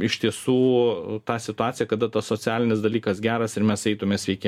iš tiesų tą situaciją kada tas socialinis dalykas geras ir mes eitume sveiki